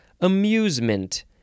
amusement